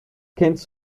kennst